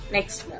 Next